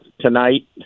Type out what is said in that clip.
tonight